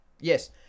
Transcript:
yes